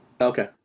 Okay